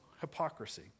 hypocrisy